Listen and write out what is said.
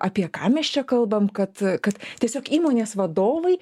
apie ką mes čia kalbam kad kad tiesiog įmonės vadovai